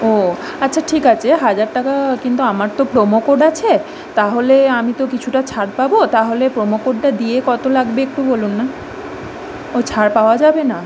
ও আচ্ছা ঠিক আছে হাজার টাকা কিন্তু আমার তো প্রোমো কোড আছে তাহলে আমি তো কিছুটা ছাড় পাব তাহলে প্রোমো কোডটা দিয়ে কত লাগবে একটু বলুন না ও ছাড় পাওয়া যাবে না